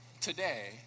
Today